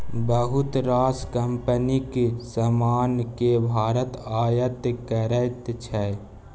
बहुत रास कंपनीक समान केँ भारत आयात करै छै